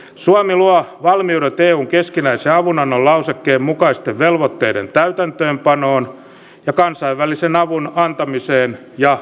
suomi luo valmiudet eun keskinäisen avunannon lausekkeen mukaisten velvoitteiden täytäntöönpanoon ja kansainvälisen avun antamiseen ja vastaanottamiseen